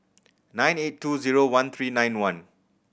nine eight two zero one three nine one